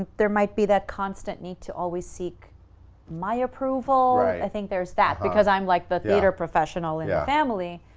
there might be that constant need to always seek my approval. i think there's that because i'm like the theatre professional in the family.